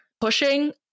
pushing